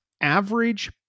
average